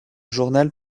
journal